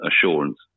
assurance